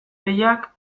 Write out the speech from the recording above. pellak